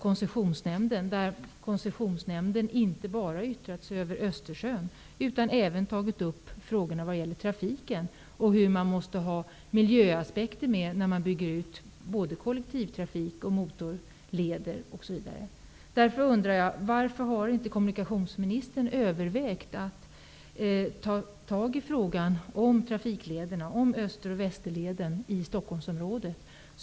Koncessionsnämnden har inte bara yttrat sig om Östersjön utan har även tagit upp frågor om trafiken, nämligen att det måste finnas miljöaspekter när man bygger ut kollektivtrafik, motorleder osv. Därför undrar jag varför kommunikationsministern inte har övervägt att ta tag i frågan om Öster och Västerleden i Stockholmsområdet.